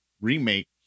remake